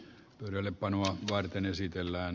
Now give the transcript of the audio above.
toinen vanhus varten esitellään